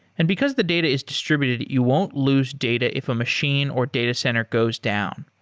and because the data is distributed, you won't lose data if a machine or data center goes down.